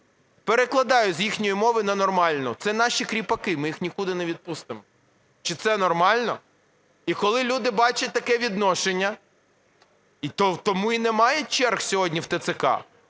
Перекладаю з їхньої мови на нормальну: це наші кріпаки, ми їх нікуди не відпустимо. Чи це нормально? І коли люди бачать таке відношення, тому і немає черг сьогодні в ТЦК.